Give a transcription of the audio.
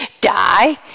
die